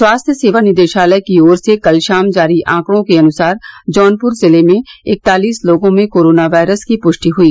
स्वास्थ्य सेवा निदेशालय की ओर से कल शाम जारी आंकड़ों के अनुसार जौनपुर जिले में इकतालीस लोगों में कोरोना वायरस की पुष्टि हुई